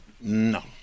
No